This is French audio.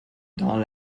dans